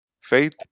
faith